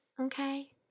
Okay